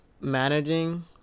managing